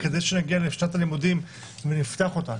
כדי שנגיע לשנת הלימודים ונפתח אותה.